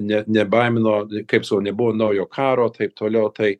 ne nebaimino kaip sau nebuvo naujo karotaip toliau tai